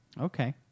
Okay